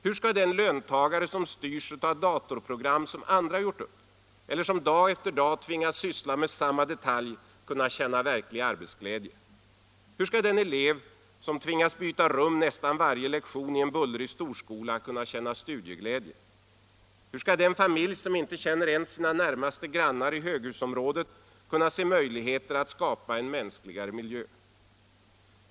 Hur skall den löntagare som styrs av datorprogram, som andra gjort upp, eller som dag efter dag tvingas syssla med samma detalj "kunna känna verklig arbetsglädje? Hur skall den elev som tvingas byta rum nästan varje lektion i en bullrig storskola kunna känna studieglädje? Hur skall den familj som inte känner ens sina närmaste grannar i höghusområdet kunna se möjligheter att skapa en mänskligare miljö?